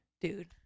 dude